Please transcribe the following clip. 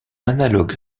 analogue